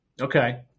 Okay